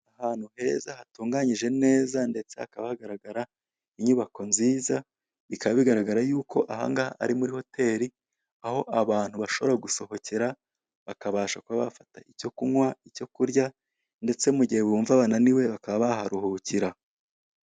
Ahantu heza hatunganyije neza, ndetse hakaba hagaragara inyubako nziza. Bikaba bigaragara yuko aha ngaha ari muri hoteli, aho abantu bashobora gusohokera bakabasha kuba bafata icyo kunywa, icyo kunywa, ndetse mu gihe bumva bananiwe bakaba baharuhukira.